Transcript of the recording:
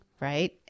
right